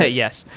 ah yes.